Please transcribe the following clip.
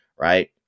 right